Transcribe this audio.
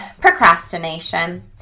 procrastination